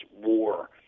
War